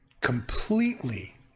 completely